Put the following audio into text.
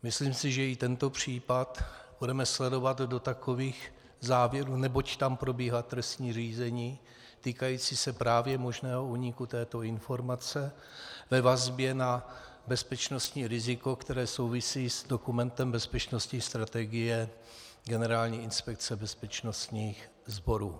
Myslím si, že i tento případ budeme sledovat do takových závěrů, neboť tam probíhá trestní řízení týkající se právě možného úniku této informace ve vazbě na bezpečnostní riziko, které souvisí s dokumentem Bezpečnostní strategie Generální inspekce bezpečnostních sborů.